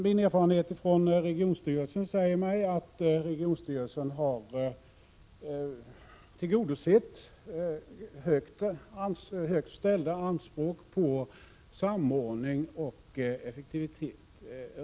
Min erfarenhet från regionstyrelsen säger mig att regionstyrelsen har tillgodosett högt ställda anspråk på samordning och effektivitet.